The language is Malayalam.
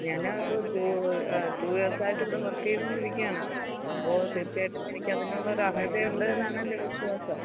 ഞാനൊരു ടു ടു ഇയേഴ്സായിട്ടിവടെ വര്ക്കെയ്തു കൊണ്ടിരിക്കുകയാണ് അപ്പോള് തീര്ച്ചയായിട്ടും എനിക്ക് അതിനുള്ള ഒരര്ഹതയുണ്ട് എന്നാണ് എന്റെ വിശ്വാസം